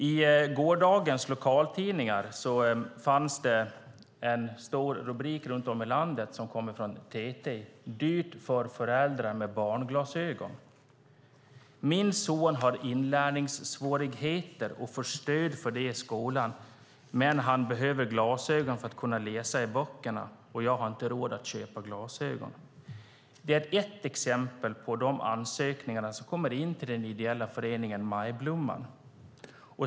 I gårdagens lokaltidningar runt om i landet hade man en rubrik som kom från TT: "Dyrt för föräldrar med barnglasögon". Min son har inlärningssvårigheter och får stöd för det i skolan, men han behöver glasögon för att kunna läsa i böckerna, och jag har inte råd att köpa glasögon. Detta är ett exempel på de ansökningar som kommer in till den ideella föreningen Majblomman.